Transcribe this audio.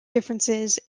differences